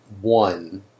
one